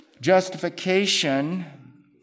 justification